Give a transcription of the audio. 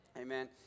Amen